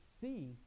see